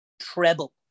treble